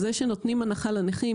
אז זה שנותנים הנחה לנכים,